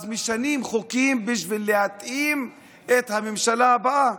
אז משנים חוקים בשביל להתאים את הממשלה הבאה.